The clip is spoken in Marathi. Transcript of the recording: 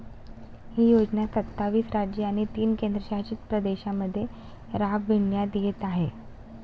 ही योजना सत्तावीस राज्ये आणि तीन केंद्रशासित प्रदेशांमध्ये राबविण्यात येत आहे